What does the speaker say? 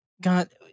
God